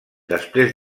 després